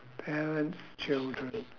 parents children